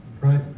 Right